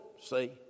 See